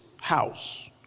house